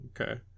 okay